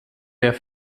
der